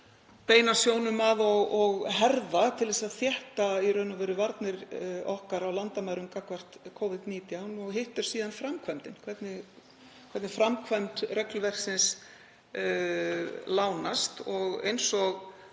beina sjónum að og herða til að þétta varnir okkar á landamærum gagnvart Covid-19, og hitt er síðan framkvæmdin, hvernig framkvæmd regluverksins lánast. Eins og